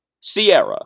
Sierra